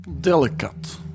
delicate